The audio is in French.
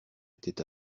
était